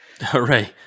hooray